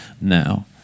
now